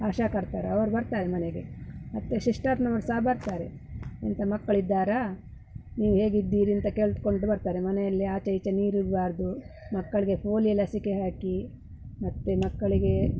ಆಶಾಕರ್ತರು ಅವರು ಬರ್ತಾರೆ ಮನೆಗೆ ಮತ್ತೆ ಶಿಶ್ವಾರದವ್ರ್ ಸಹ ಬರ್ತಾರೆ ಇಂಥ ಮಕ್ಕಳಿದ್ದಾರಾ ನೀವು ಹೇಗಿದ್ದೀರಿ ಅಂತ ಕೇಳಿಕೊಂಡು ಬರ್ತಾರೆ ಮನೆಯಲ್ಲಿ ಆಚೆ ಈಚೆ ನೀರು ಇರಬಾರ್ದು ಮಕ್ಕಳಿಗೆ ಪೋಲ್ಯೊ ಲಸಿಕೆ ಹಾಕಿ ಮತ್ತು ಮಕ್ಕಳಿಗೆ